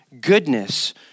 goodness